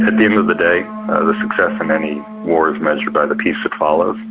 at the end of the day the success in any war is measured by the peace that follows,